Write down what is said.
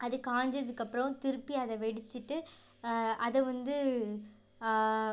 அது காஞ்சதுக்கப்புறம் திருப்பி அதை வெடிச்சுட்டு அதை வந்து